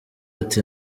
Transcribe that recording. ati